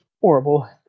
horrible